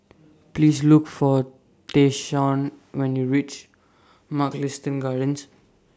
Please Look For Tayshaun when YOU REACH Mugliston Gardens